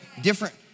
different